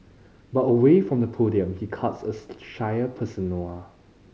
but away from the podium he cuts a shyer persona